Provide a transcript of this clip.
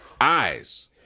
eyes